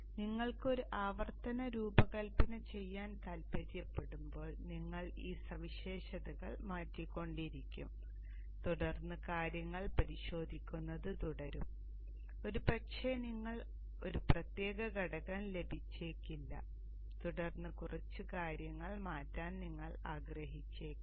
അതിനാൽ നിങ്ങൾക്ക് ഒരു ആവർത്തന രൂപകൽപന ചെയ്യാൻ താൽപ്പര്യപ്പെടുമ്പോൾ നിങ്ങൾ ഈ സവിശേഷതകൾ മാറ്റിക്കൊണ്ടിരിക്കും തുടർന്ന് കാര്യങ്ങൾ പരിശോധിക്കുന്നത് തുടരും ഒരുപക്ഷേ നിങ്ങൾക്ക് ഒരു പ്രത്യേക ഘടകം ലഭിച്ചേക്കില്ല തുടർന്ന് കുറച്ച് കാര്യങ്ങൾ മാറ്റാൻ നിങ്ങൾ ആഗ്രഹിച്ചേക്കാം